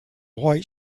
white